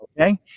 okay